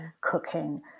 cooking